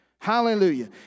Hallelujah